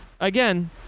again